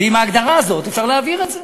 ועם ההגדרה הזאת אפשר להעביר את זה.